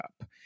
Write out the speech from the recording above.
up